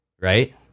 Right